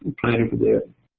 and planning for that.